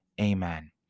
Amen